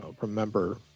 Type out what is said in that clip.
remember